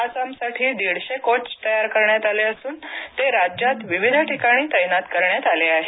आसामसाठी दीडशे कोच तयार करण्यात आले असून ते राज्यात विविध ठिकाणी तैनात करण्यात आले आहेत